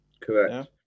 Correct